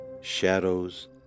Shadows